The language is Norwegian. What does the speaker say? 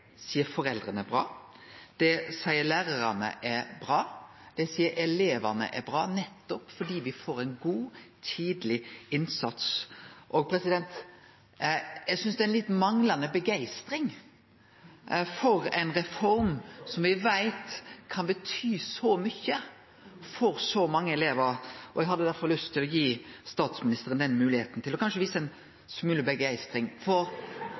seier foreldra er bra, det seier lærarane er bra, det seier elevane er bra – nettopp fordi me får ein god, tidleg innsats. Eg synest det manglar litt begeistring for ei reform som me veit kan bety så mykje for så mange elevar, og eg hadde derfor lyst til å gi statsministeren moglegheita til å vise ein smule begeistring for kanskje